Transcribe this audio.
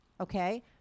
Okay